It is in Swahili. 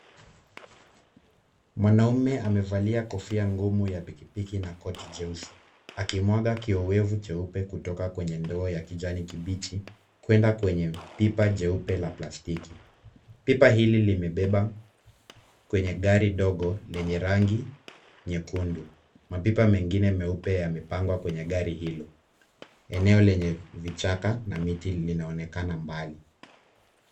Mwanaume amevalia kofia ngumu ya pikipiki na koti jeusi, akimwaga kioevu cheupe kutoka kwenye ndoo ya kijani kibichi kwenda kwenye pipa jeupe la plastiki. Pipa hili limebeba kwenye gari dogo lenye rangi nyekundu. Mapipa mengine meupe yamepangwa kwenye gari hilo. Eneo lenye vichaka na miti linaonekana mbali.